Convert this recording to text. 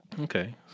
Okay